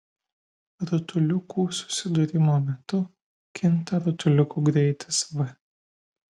rutuliukų susidūrimo metu kinta rutuliukų greitis v